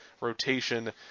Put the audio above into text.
rotation